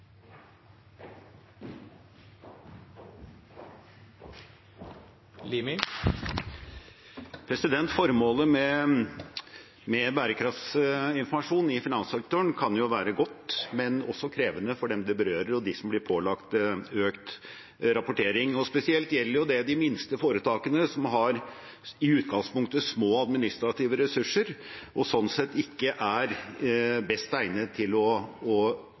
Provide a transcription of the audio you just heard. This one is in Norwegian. Formålet med bærekraftsinformasjon i finanssektoren kan jo være godt, men også krevende for dem det berører, og for dem som blir pålagt økt rapportering. Spesielt gjelder det de minste foretakene, som i utgangspunktet har små administrative ressurser og sånn sett ikke er best egnet til å